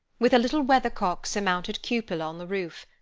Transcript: with a little weathercock-surmounted cupola, on the roof,